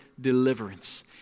deliverance